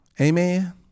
Amen